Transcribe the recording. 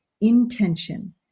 intention